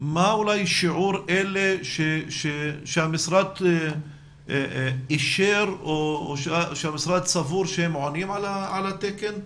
מה שיעור אלה שהמשרד אישר או שהמשרד סבור שהם עונים על התקן?